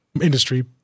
industry